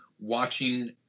watching